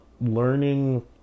learning